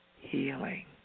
healing